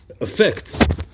effect